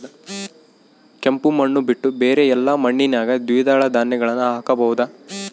ಕೆಂಪು ಮಣ್ಣು ಬಿಟ್ಟು ಬೇರೆ ಎಲ್ಲಾ ಮಣ್ಣಿನಾಗ ದ್ವಿದಳ ಧಾನ್ಯಗಳನ್ನ ಹಾಕಬಹುದಾ?